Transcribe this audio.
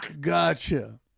Gotcha